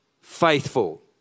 faithful